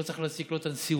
לא צריך להעסיק לא את הנשיאות,